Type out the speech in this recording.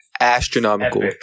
astronomical